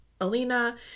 Alina